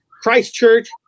Christchurch